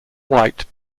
white